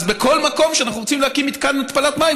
אז בכל מקום שאנחנו רוצים להקים מתקן התפלת מים,